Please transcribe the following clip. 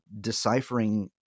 deciphering